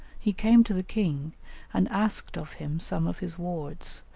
he came to the king and asked of him some of his wards,